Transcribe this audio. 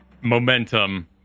momentum